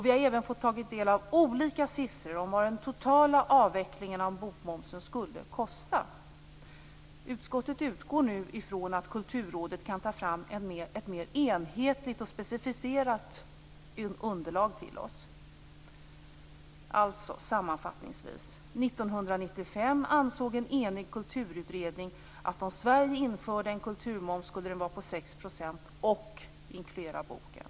Vi har även fått ta del av olika siffror om vad den totala avvecklingen av bokmomsen skulle kosta. Utskottet utgår nu ifrån att Kulturrådet kan ta fram ett mer enhetligt och specificerat underlag till oss. Sammanfattningsvis vill jag säga att en enig kulturutredning 1995 ansåg att kulturmomsen, om Sverige införde en sådan, skulle vara på 6 % och inkludera boken.